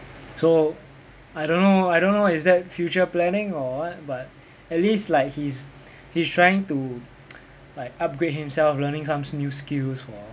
so I don't know I don't know is that future planning or what but at least like he's he's trying to like upgrade himself learning some new skills for